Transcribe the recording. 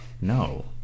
No